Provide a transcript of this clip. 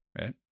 right